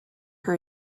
her